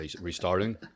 restarting